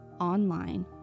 online